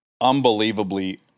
unbelievably